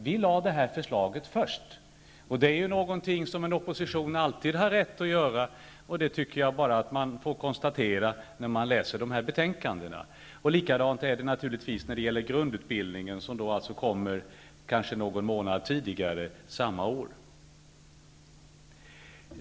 Vi lade fram förslaget först. Det är någonting som en opposition alltid har rätt att göra. Det kan man konstatera när man läser betänkandena. Likadant är det naturligtvis också när det gäller grundutbildningen, som kommer att behandlas någon månad tidigare samma år.